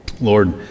Lord